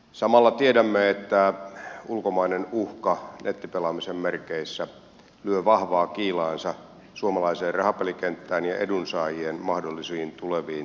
samalla tiedämme että ulkomainen uhka nettipelaamisen merkeissä lyö vahvaa kiilaansa suomalaiseen rahapelikenttään ja edunsaajien mahdollisiin tuleviin tuloihin